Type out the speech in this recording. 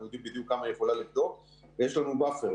אנחנו יודעים בדיוק כמה היא יכולה לבדוק ויש לנו באפר,